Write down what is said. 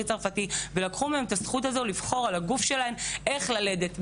צרפתי ולקחו מהן את הזכות לבחור על הגוף שלהן איך ללדת.